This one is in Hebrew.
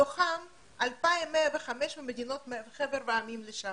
מתוכם 2,105 ממדינות חבר העמים לשעבר.